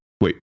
Wait